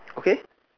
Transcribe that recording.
okay